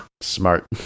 Smart